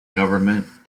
government